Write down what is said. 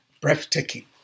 Breathtaking